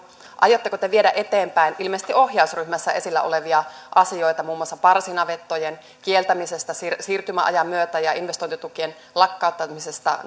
aiotteko te viedä eteenpäin ilmeisesti ohjausryhmässä esillä olevia asioita muun muassa parsinavettojen kieltämistä siirtymäajan myötä ja investointitukien lakkauttamista